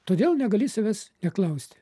todėl negali savęs neklausti